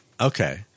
Okay